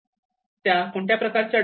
त्या कोणत्या प्रकारचे ड्रुग्स आहे